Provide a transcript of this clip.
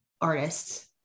artists